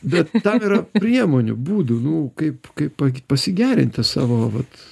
bet tam yra priemonių būdų nu kaip kaip pasigerinti savo vat